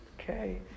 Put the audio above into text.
okay